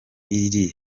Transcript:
iri